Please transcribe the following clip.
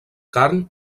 carn